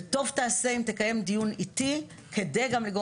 וטוב תעשה אם תקיים דיון עיתי כדי גם לגרום